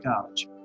college